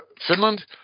Finland